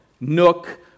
nook